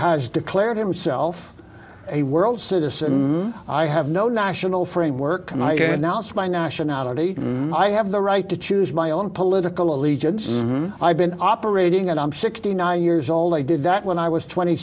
has declared himself a world citizen i have no national framework and i am not spying nationality i have the right to choose my own political allegiances i've been operating and i'm sixty nine years old i did that when i was twenty